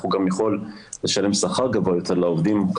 הוא גם יכול לשלם שכר גבוה יותר לעובדים,